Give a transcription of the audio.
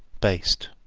based?